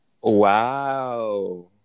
Wow